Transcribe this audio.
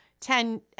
ten